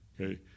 Okay